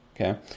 Okay